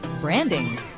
branding